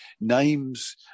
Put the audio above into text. Names